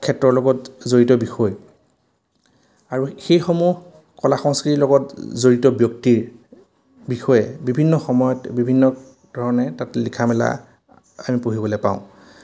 ক্ষেত্ৰৰ লগত জড়িত বিষয় আৰু সেইসমূহ কলা সংস্কৃতিৰ লগত জড়িত ব্যক্তিৰ বিষয়ে বিভিন্ন সময়ত বিভিন্ন ধৰণে তাত লিখা মেলা আমি পঢ়িবলৈ পাওঁ